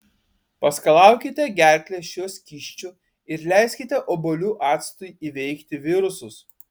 paskalaukite gerklę šiuo skysčiu ir leiskite obuolių actui įveikti virusus